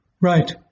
Right